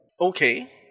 Okay